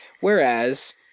whereas